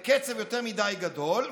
בקצב יותר מדי גדול,